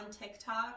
TikTok